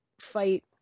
fight